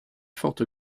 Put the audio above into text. forte